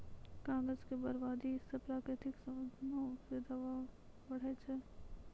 कागज के बरबादी से प्राकृतिक साधनो पे दवाब बढ़ै छै